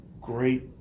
great